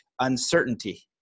uncertainty